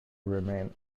remain